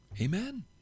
Amen